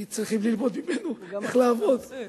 כי צריכים ללמוד ממנו איך לעבוד.